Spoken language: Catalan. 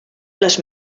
les